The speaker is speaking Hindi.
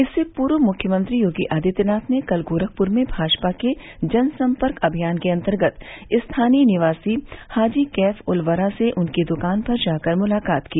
इससे पूर्व मुख्यमंत्री योगी आदित्यनाथ ने कल गोरखपुर में भाजपा के जनसम्पर्क अभियान के अन्तर्गत स्थानीय निवासी हाजी कैफ उल वरा से उनकी दुकान पर जाकर मुलाकात की